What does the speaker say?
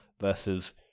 versus